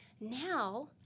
now